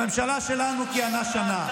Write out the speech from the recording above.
הממשלה שלנו כיהנה שנה.